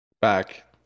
Back